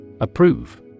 Approve